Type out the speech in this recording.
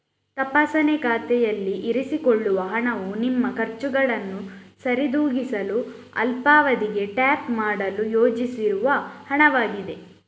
ತಪಾಸಣೆ ಖಾತೆಯಲ್ಲಿ ಇರಿಸಿಕೊಳ್ಳುವ ಹಣವು ನಿಮ್ಮ ಖರ್ಚುಗಳನ್ನು ಸರಿದೂಗಿಸಲು ಅಲ್ಪಾವಧಿಗೆ ಟ್ಯಾಪ್ ಮಾಡಲು ಯೋಜಿಸಿರುವ ಹಣವಾಗಿದೆ